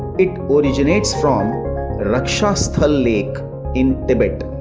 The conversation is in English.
it originates from rakshastal lake in tibet.